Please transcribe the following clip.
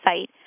site